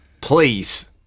please